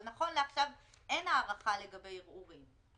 אבל נכון לעכשיו אין הארכה לגבי ערעורים.